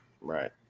Right